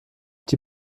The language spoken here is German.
die